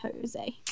Jose